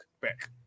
back